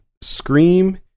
Scream